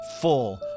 full